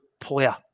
player